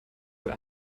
wohl